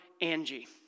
Angie